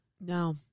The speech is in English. No